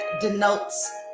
denotes